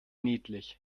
niedlich